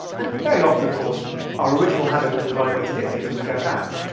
and very often, of course, our original habit was the right way to do things and we go back.